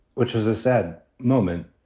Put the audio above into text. which was a sad moment,